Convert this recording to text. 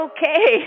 Okay